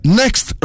next